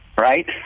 right